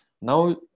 now